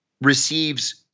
receives